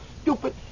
stupid